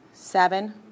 seven